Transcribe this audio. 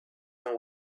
and